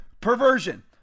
perversion